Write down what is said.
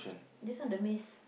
just one the miss